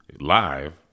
live